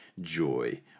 joy